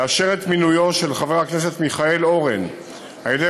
לאשר את מינויו של חבר הכנסת מיכאל אורן על-ידי